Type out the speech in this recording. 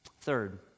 Third